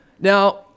Now